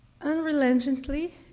Unrelentingly